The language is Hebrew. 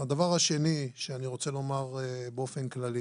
הדבר השני שאני רוצה לומר באופן כללי